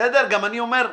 מה שאני מנסה, ברשותכם,